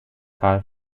carl